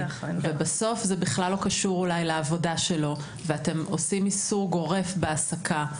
בסוף זה בכלל לא קשור לעבודה שלו ואתם עושים איסור גורף בהעסקה.